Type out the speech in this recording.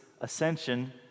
ascension